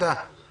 שלום לכם.